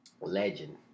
legend